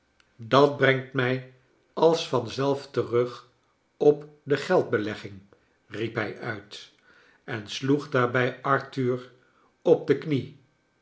dat brengt mij als van zelf terug op de geldbelegging i riep hij uit en sloeg daarbij arthur op de knie